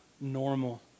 normal